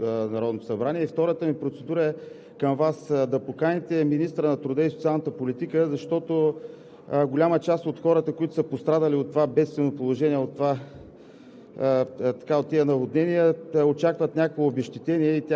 в страната. Това е първата процедура, която искам да гласува Народното събрание. Втората ми процедура е към Вас – да поканите министъра на труда и социалната политика, защото голяма част от хората, които са пострадали от това бедствено положение, от тези